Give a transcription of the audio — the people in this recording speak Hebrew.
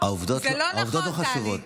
העובדות לא חשובות,